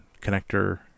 connector